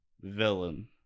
villain